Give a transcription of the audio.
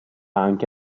anche